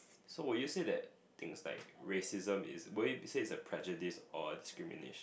so will you say that things like racism is will you say is a prejudice or discrimination